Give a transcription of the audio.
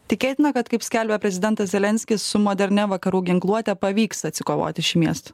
tikėtina kad kaip skelbia prezidentas zelenskis su modernia vakarų ginkluote pavyks atsikovoti šį miestą